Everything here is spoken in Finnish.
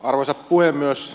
arvoisa puhemies